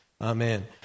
Amen